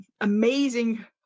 amazing